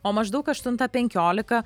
o maždaug aštuntą penkiolika